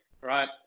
right